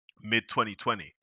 mid-2020